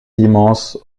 immense